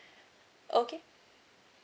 okay